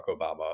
Obama